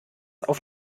auf